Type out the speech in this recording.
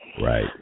Right